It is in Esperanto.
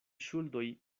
ŝuldoj